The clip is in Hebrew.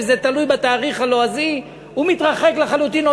וזה תלוי בתאריך הלועזי, הוא מתרחק לחלוטין.